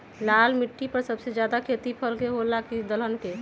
लाल मिट्टी पर सबसे ज्यादा खेती फल के होला की दलहन के?